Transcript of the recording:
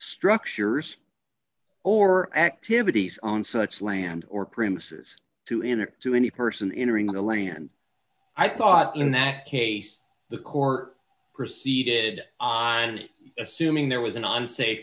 structures or activities on such land or premises to enter to any person entering the land i thought in that case the court proceeded adone assuming there was an unsafe